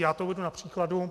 Já to uvedu na příkladu.